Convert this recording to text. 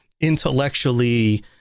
intellectually